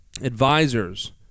advisors